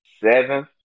seventh